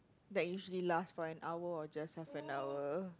that is usually last for an hour or just half an hour